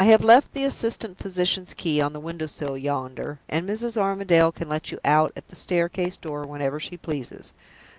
i have left the assistant physician's key on the window-sill yonder, and mrs. armadale can let you out at the staircase door whenever she pleases.